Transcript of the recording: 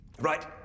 Right